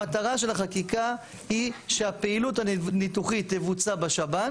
המטרה של החקיקה היא שהפעילות הניתוחית תבוצע בשב"ן